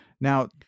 Now